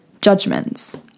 judgments